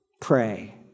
pray